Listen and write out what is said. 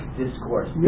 discourse